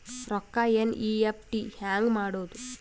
ರೊಕ್ಕ ಎನ್.ಇ.ಎಫ್.ಟಿ ಹ್ಯಾಂಗ್ ಮಾಡುವುದು?